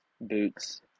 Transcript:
boots